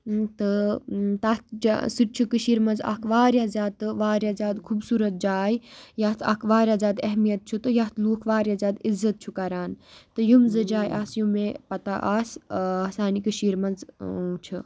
تہٕ تَتھ جا سُہ تہِ چھُ کٔشیٖرِ منٛز اَکھ واریاہ زیادٕ تہٕ واریاہ زیادٕ خوٗبصوٗرت جاے یَتھ اَکھ واریاہ زیادٕ اہمیت چھُ تہٕ یَتھ لوٗکھ واریاہ زیادٕ عِزت چھُ کَران تہٕ یِم زٕ جایہِ آسہٕ یِم مےٚ پَتہ آسہِ سانہِ کٔشیٖرِ منٛز چھِ